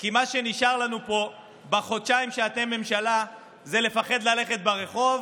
כי מה שנשאר לנו פה בחודשיים שאתם ממשלה זה לפחד ללכת ברחוב,